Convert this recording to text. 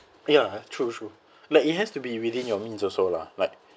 ya true true like it has to be within your means also lah like